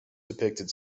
depicted